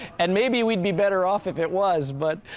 and maybe we'd be better off if it was but,